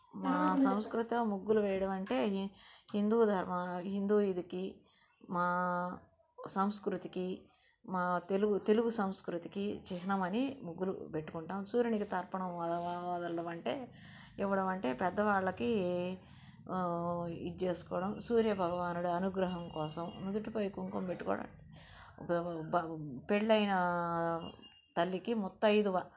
మా సంస్కృత ముగ్గులు వేయడం అంటే అయ్యి హిందూ ధర్మ హిందూ ఇదికి మా సంస్కృతికి మా తెలుగు తెలుగు సంస్కృతికి చిహ్నమని ముగ్గులు పెట్టుకుంటాము సూర్యునికి తర్పణం వదలడం అంటే ఇవ్వడం అంటే పెద్దవాళ్ళకి ఇది చేసుకోవడం సూర్య భగవానుడి అనుగ్రహం కోసం నుదుటిపై కుంకుమ పెట్టుకోవడం పెళ్ళైన తల్లికి ముత్తైదువ